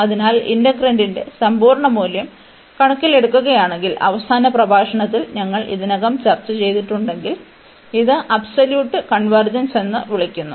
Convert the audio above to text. അതിനാൽ ഇന്റഗ്രാൻഡിന്റെ സമ്പൂർണ്ണ മൂല്യം കണക്കിലെടുക്കുകയാണെങ്കിൽ അവസാന പ്രഭാഷണത്തിൽ ഞങ്ങൾ ഇതിനകം ചർച്ചചെയ്തിട്ടുണ്ടെങ്കിൽ ഇത് അബ്സോല്യൂട്ട് കൺവെർജെൻസ് എന്ന് വിളിക്കുന്നു